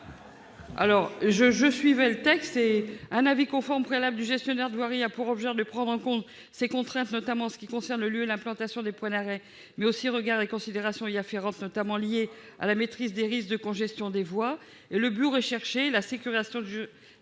qu'ils contiennent. Un avis conforme préalable du gestionnaire de voirie a pour objet de prendre en compte ces contraintes, notamment en ce qui concerne le lieu et l'implantation des points d'arrêt, mais aussi au regard de considérations y afférentes, notamment liées à la maîtrise des risques de congestion des voies. Cet amendement, en ce qu'il a pour objet de préciser